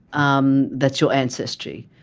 um that's your ancestry.